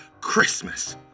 Christmas